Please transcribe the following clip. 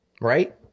right